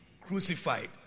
crucified